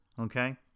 okay